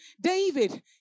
David